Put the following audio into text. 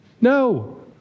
No